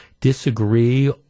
disagree